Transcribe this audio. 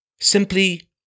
simply